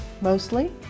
mostly